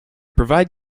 provide